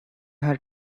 her